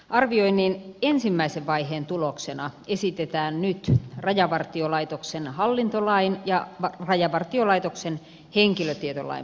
arvioinnin ensimmäisen vaiheen tuloksena esitetään nyt rajavartiolaitoksen hallintolain ja rajavartiolaitoksen henkilötietolain muuttamista